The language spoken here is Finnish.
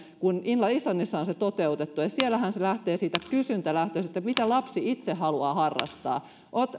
islannissahan se on toteutettu ja ja siellähän se lähtee siitä kysyntälähtöisyydestä mitä lapsi itse haluaa harrastaa